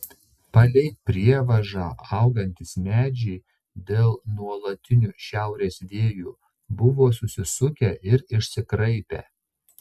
palei prievažą augantys medžiai dėl nuolatinių šiaurės vėjų buvo susisukę ir išsikraipę